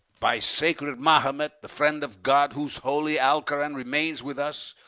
by sacred mahomet, the friend of god, whose holy alcoran remains with us,